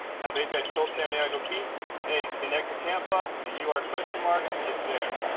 now basically, i told santiago peak hey connect to tampa the you are question mark it's there,